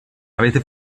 avete